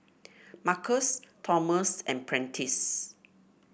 Marcos Thomas and Prentiss